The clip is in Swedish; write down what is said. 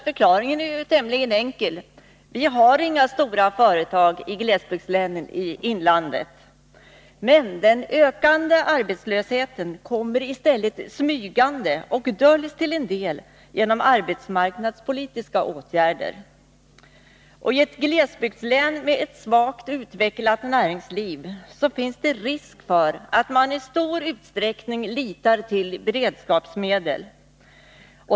Förklaringen är tämligen enkel: Vi har inga stora företag i glesbygdslänen i inlandet. Den ökande arbetslösheten kommer i stället smygande och döljs till en del genom arbetsmarknadspolitiska åtgärder. I ett glesbygdslän med svagt utvecklat näringsliv finns det risk för att man i för stor utsträckning litar till beredskapsmedel.